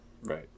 Right